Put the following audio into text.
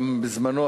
גם בזמנו,